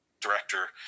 director